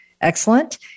Excellent